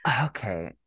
okay